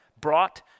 brought